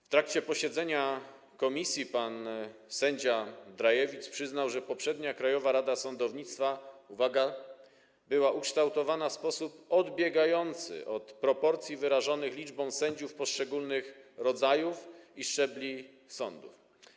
W trakcie posiedzenia komisji pan sędzia Drajewicz przyznał, że poprzednia Krajowa Rada Sądownictwa - uwaga - była ukształtowana w sposób odbiegający od proporcji wyrażonych liczbą sędziów poszczególnych rodzajów i szczebli sądów.